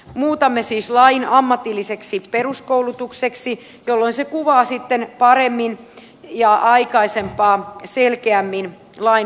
muutamme siis lain ammatilliseksi peruskoulutukseksi jolloin se kuvaa sitten paremmin ja aikaisempaa selkeämmin lain soveltamisalaa